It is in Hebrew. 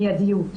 מידיות.